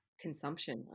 consumption